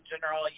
general